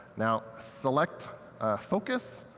now select focus.